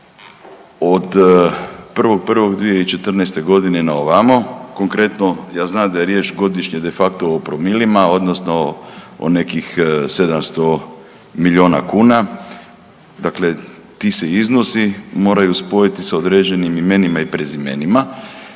od 1.1.2014. g. naovamo, konkretno, ja znam da je riječ godišnje de facto o promilima, odnosno o nekih 700 milijuna kuna, dakle ti se iznosi moraju spojiti s određenim imenima i prezimenima.